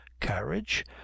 carriage